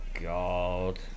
God